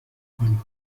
کنیم